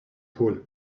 pool